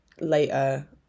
later